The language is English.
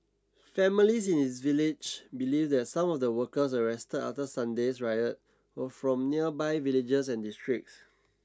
families in his village believe that some of the workers arrested after Sunday's riot were from nearby villages and districts